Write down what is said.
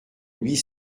huit